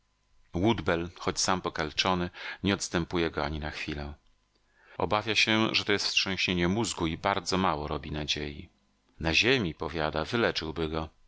woodbell choć sam pokaleczony nie odstępuje go ani na chwilę obawia się że to jest wstrząśnienie mózgu i bardzo mało robi nadziei na ziemi powiada